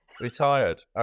Retired